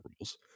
rules